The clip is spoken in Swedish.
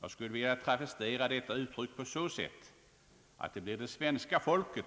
Jag skulle vilja travestera detta så, att det blir det svenska folket